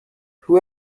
who